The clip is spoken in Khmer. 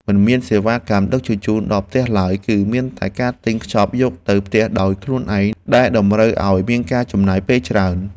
មិនមានសេវាកម្មដឹកជញ្ជូនដល់ផ្ទះឡើយ គឺមានតែការទិញខ្ចប់យកទៅផ្ទះដោយខ្លួនឯងដែលតម្រូវឱ្យមានការចំណាយពេលច្រើន។